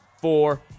four